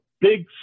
big